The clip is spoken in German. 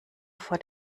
vor